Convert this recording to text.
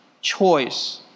choice